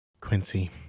Quincy